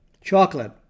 chocolate